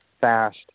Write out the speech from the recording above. fast